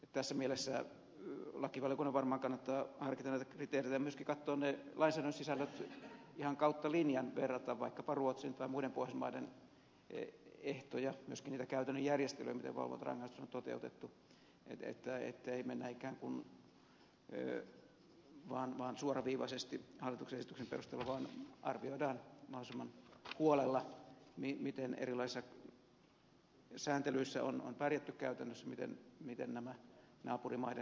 tässä mielessä lakivaliokunnan varmaan kannattaa harkita näitä kriteereitä ja myöskin katsoa ne lainsäädännön sisällöt ihan kautta linjan verrata vaikkapa ruotsin tai muiden pohjoismaiden ehtoja myöskin niitä käytännön järjestelyjä miten valvontarangaistus on toteutettu ettei mennä ikään kuin vain suoraviivaisesti hallituksen esityksen perusteella vaan arvioidaan mahdollisimman huolella miten erilaisissa sääntelyissä on pärjätty käytännössä miten nämä naapurimaiden mallit ovat toteutuneet